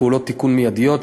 פעולות תיקון מיידיות,